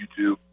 YouTube